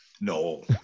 No